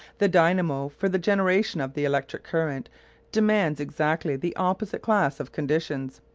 the dynamo for the generation of the electric current demands exactly the opposite class of conditions.